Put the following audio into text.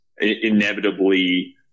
inevitably